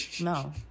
no